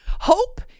Hope